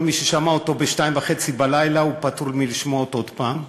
כל מי ששמע אותו ב-02:30 פטור מלשמוע אותו עוד פעם.